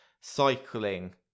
cycling